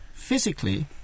physically